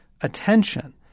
attention